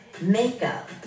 makeup